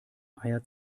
eier